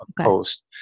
post